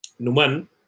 Numan